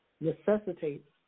necessitates